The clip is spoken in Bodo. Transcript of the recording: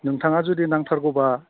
नोंथाङा जुदि नांथारगौब्ला